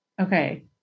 Okay